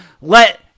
let